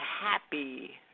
happy